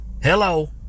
Hello